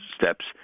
steps